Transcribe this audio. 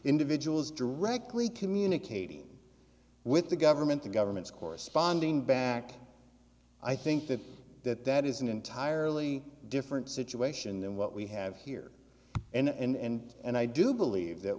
individuals directly communicating with the government the government's corresponding back i think that that that is an entirely different situation than what we have here and and i do believe that